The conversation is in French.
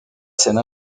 scène